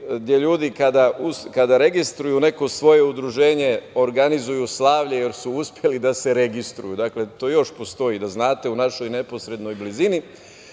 gde ljudi kada registruju neko svoje udruženje organizuju slavlje jer su uspeli da se registruju. To još postoji, samo da znate, u našoj neposrednoj blizini.